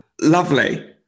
Lovely